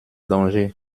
dangers